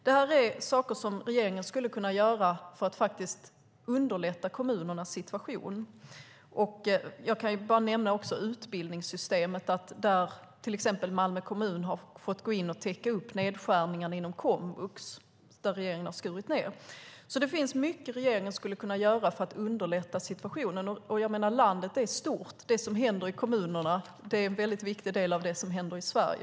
Det här är saker som regeringen skulle kunna göra för att underlätta kommunernas situation. Jag kan bara nämna utbildningssystemet också. Malmö kommun, till exempel, har fått gå in och täcka upp nedskärningarna inom komvux, som regeringen har gjort. Det finns mycket som regeringen skulle kunna göra för att underlätta situationen. Landet är stort. Det som händer i kommunerna är en väldigt viktig del av det som händer i Sverige.